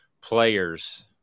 players